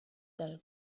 del